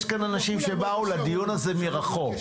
יש כאן אנשים שבאו לדיון הזה מרחוק.